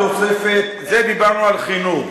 דיברנו על חינוך.